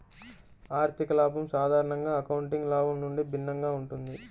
ఆర్థిక లాభం సాధారణంగా అకౌంటింగ్ లాభం నుండి భిన్నంగా ఉంటుంది